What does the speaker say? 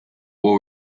will